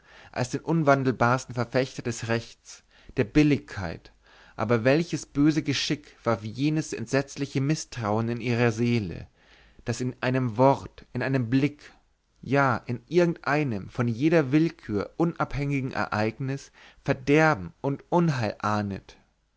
als den unwandelbarsten verfechter des rechts der billigkeit aber welches böse geschick warf jenes entsetzliche mißtrauen in ihre seele das in einem wort in einem blick ja in irgend einem von jeder willkür unabhängigen ereignis verderben und unheil ahnet